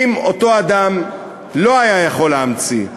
אם אותו אדם לא היה יכול להמציא,